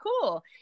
cool